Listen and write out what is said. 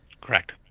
correct